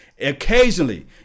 occasionally